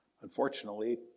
unfortunately